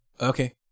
Okay